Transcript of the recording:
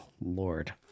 Lord